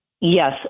Yes